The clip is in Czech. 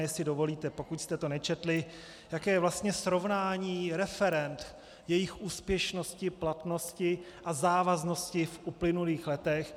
Jestli dovolíte, pokud jste to nečetli, tak je srovnání referend, jejich úspěšnosti, platnosti a závaznosti v uplynulých letech.